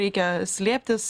reikia slėptis